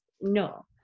No